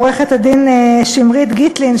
עורכת-הדין שמרית גיטלין,